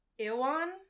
Iwan